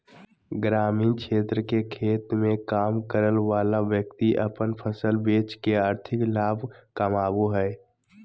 ग्रामीण क्षेत्र के खेत मे काम करय वला व्यक्ति अपन फसल बेच के आर्थिक लाभ कमाबय हय